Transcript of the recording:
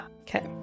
Okay